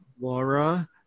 laura